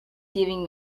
giving